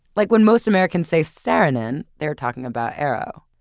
like when most americans say saarinen, they're talking about eero.